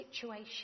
situation